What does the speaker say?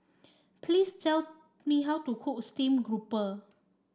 please tell me how to cook Steamed Grouper